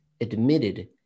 admitted